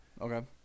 Okay